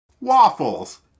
waffles